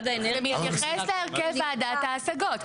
זה מתייחס להרכב ועדת ההשגות.